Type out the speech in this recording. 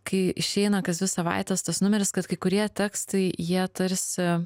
kai išeina kas dvi savaites tas numeris kad kai kurie tekstai jie tarsi